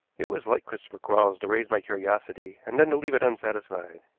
it was like christopher quarles to raise my curiosity, and then to leave it unsatisfied.